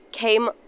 came